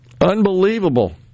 Unbelievable